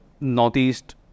northeast